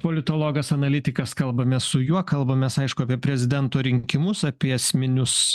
politologas analitikas kalbamės su juo kalbamės aišku apie prezidento rinkimus apie esminius